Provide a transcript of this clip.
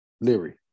Leary